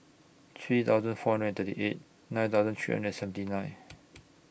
three thousand four hundred and thirty eight nine thousand three hundred and seventy nine